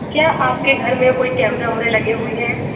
क्या आपके घर में कोई कैमरे उमरे लगे हुई हैं